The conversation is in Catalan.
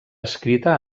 escrita